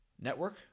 network